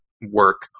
work